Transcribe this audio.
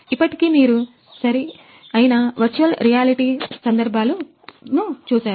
ఇప్పటివరకు మీరు సరి అయినా వర్చువల్ రియాలిటీ ను చూశారు